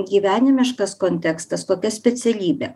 gyvenimiškas kontekstas kokia specialybė